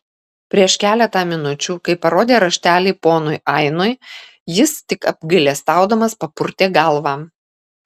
prieš keletą minučių kai parodė raštelį ponui ainui jis tik apgailestaudamas papurtė galvą